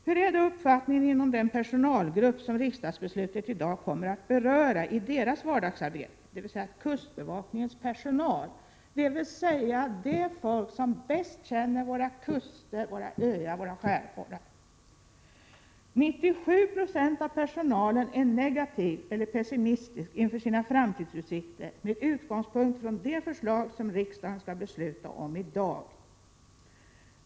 Hurdan är då uppfattningen inom den personalgrupp vars vardagsarbete riksdagsbeslutet i dag kommer att beröra, dvs. kustbevakningens personal? Det är dessa människor som bäst känner våra kuster, våra öar, våra skärgårdar. 97 Jo av personalen är negativ och pessimistisk inför sina framtidsutsikter med utgångspunkt från det förslag som riksdagen skall besluta om i dag.